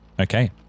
Okay